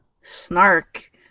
Snark